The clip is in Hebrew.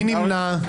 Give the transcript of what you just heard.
9 נמנעים,